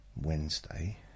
Wednesday